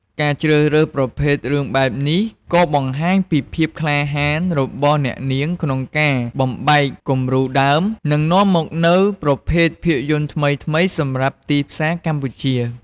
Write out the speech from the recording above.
ការជ្រើសរើសប្រភេទរឿងបែបនេះក៏បង្ហាញពីភាពក្លាហានរបស់អ្នកនាងក្នុងការបំបែកគំរូដើម និងនាំមកនូវប្រភេទភាពយន្តថ្មីៗសម្រាប់ទីផ្សារកម្ពុជា។